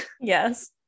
yes